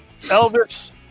elvis